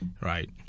right